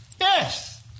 Yes